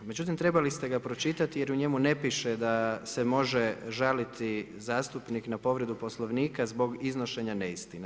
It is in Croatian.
Međutim, trebali ste ga pročitati, jer u njemu ne piše, da se može žaliti zastupnik na povredu Poslovnika, zbog iznošenje neistine.